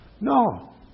No